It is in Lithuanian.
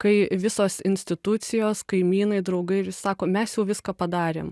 kai visos institucijos kaimynai draugai ir sako mes jau viską padarėm